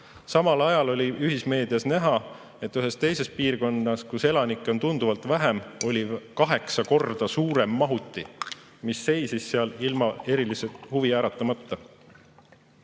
Samal ajal oli ühismeedias näha, et ühes teises piirkonnas, kus elanikke on tunduvalt vähem, oli kaheksa korda suurem mahuti, mis seisis seal ilma erilist huvi äratamata.